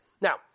Now